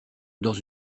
dans